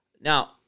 Now